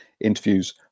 interviews